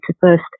first